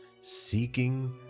seeking